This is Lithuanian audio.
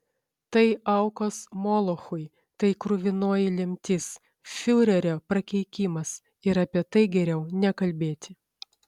tai aukos molochui tai kruvinoji lemtis fiurerio prakeikimas ir apie tai geriau nekalbėti